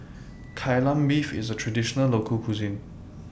Kai Lan Beef IS A Traditional Local Cuisine